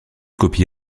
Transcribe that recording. copie